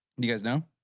you guys know